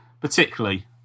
Particularly